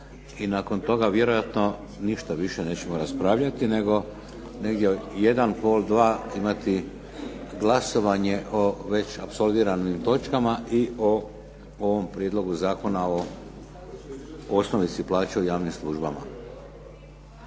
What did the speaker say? nakon toga vjerojatno ništa više nećemo raspravljati nego negdje u jedan, pol dva imati glasovanje o već apsolviranim točkama i o ovom Prijedlogu zakona o osnovici plaće u javnim službama.